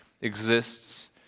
exists